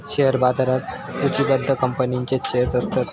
share बाजारात सुचिबद्ध कंपनींचेच शेअर्स असतत